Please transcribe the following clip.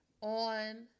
on